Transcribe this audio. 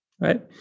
Right